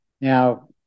Now